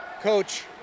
Coach